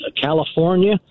California